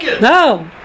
No